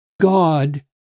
God